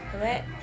right